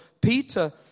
Peter